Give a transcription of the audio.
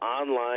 online